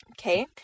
Okay